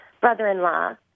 brother-in-law